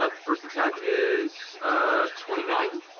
ah first attack is twenty nine.